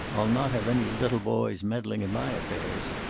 i'll not have any little boys meddling in my affairs.